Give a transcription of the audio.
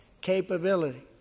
capability